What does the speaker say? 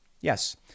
Yes